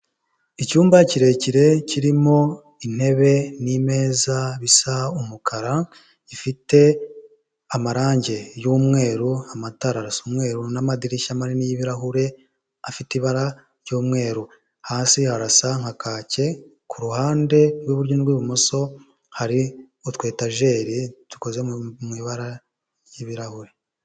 Icyumba kirekire kirimo intebe n'imeza bisa umukara, gifite amarangi y'umweru, amatara arasa umweru n'amadirishya manini y'ibirahure, afite ibara ry'umweru, hasi harasa nka kake, ku ruhande rw'iburyo n'urw'ibumoso hari utu etajeri dukoze mu ibara ry'ibirahure.